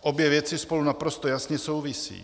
Obě věci spolu naprosto jasně souvisí.